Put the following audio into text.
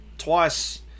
twice